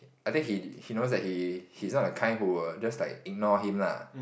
I think he he knows that he he's not the kind who will just like ignore him ah